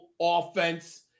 offense